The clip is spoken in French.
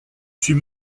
suis